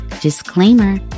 disclaimer